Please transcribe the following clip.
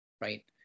right